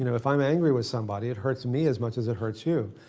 you know if i'm angry with somebody, it hurts me as much as it hurts you.